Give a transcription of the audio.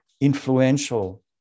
influential